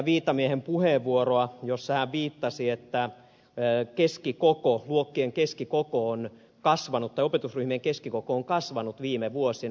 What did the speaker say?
viitamiehen puheenvuoroa jossa hän viittasi että ne keskikoko luokkien keskikoko on kasvanut opetusryhmien keskikoko on kasvanut viime vuosina